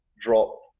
drop